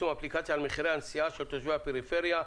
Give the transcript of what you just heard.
האפליקציה על מחירי הנסיעה של תושבי הפריפריה,